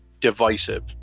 divisive